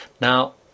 Now